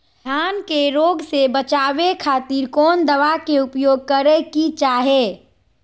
धान के रोग से बचावे खातिर कौन दवा के उपयोग करें कि चाहे?